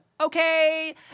okay